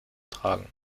tragen